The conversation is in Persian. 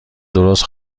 درست